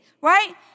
right